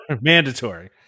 mandatory